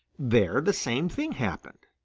there the same thing happened.